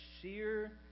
sheer